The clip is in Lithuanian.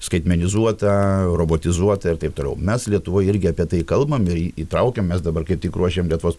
skaitmenizuota robotizuota ir taip toliau mes lietuvoj irgi apie tai kalbam ir įtraukiam mes dabar kaip tik ruošiam lietuvos